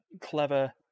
clever